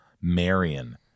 Marion